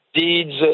deeds